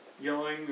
yelling